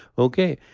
okay?